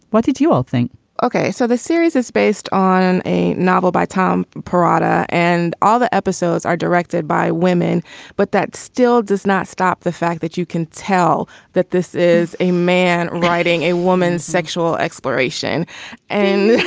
what did you all think ok. so the series is based on a novel by tom perrotta and all the episodes are directed by women but that still does not stop the fact that you can tell that this is a man writing a woman's sexual exploration and